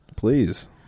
Please